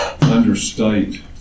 understate